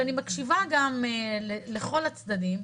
כשאני מקשיבה גם לכל הצדדים,